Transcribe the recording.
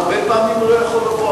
הרבה פעמים הוא לא יכול לבוא,